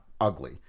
ugly